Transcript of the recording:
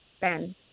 Ben